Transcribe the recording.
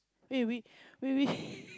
eh we we we we